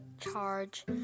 charge